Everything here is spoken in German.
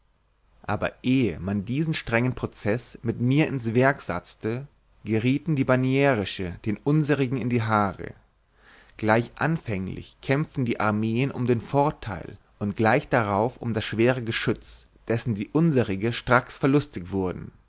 aber ehe man diesen strengen prozeß mit mir ins werk satzte gerieten die banierische den unserigen in die haare gleich anfänglich kämpften die armeen um den vorteil und gleich darauf um das schwere geschütz dessen die unserige stracks verlustigt wurden